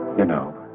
you know.